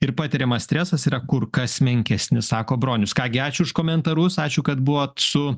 ir patiriamas stresas yra kur kas menkesni sako bronius ką gi ačiū už komentarus ačiū kad buvot su